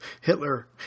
Hitler